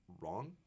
wrong